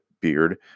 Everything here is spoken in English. beard